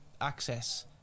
access